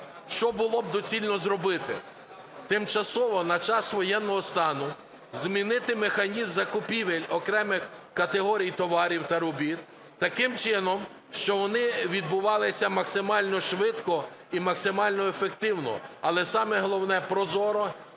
Що було б доцільно зробити? Тимчасово, на час воєнного стану, змінити механізм закупівель окремих категорій товарів та робіт таким чином, щоб вони відбувалися максимально швидко і максимально ефективно. Але саме головне – прозоро